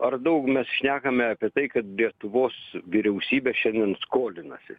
ar daug mes šnekame apie tai kad lietuvos vyriausybė šiandien skolinasi